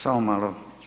Samo malo.